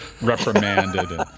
reprimanded